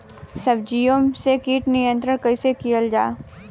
सब्जियों से कीट नियंत्रण कइसे कियल जा?